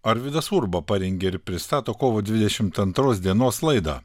arvydas urba parengė ir pristato kovo dvidešimt antros dienos laidą